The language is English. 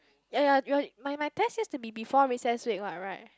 ya ya my my test used to be before recess week [what] right